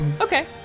Okay